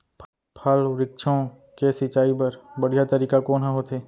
फल, वृक्षों के सिंचाई बर बढ़िया तरीका कोन ह होथे?